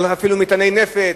אפילו על מטעני נפץ,